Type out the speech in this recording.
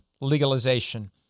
legalization